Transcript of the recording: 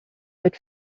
but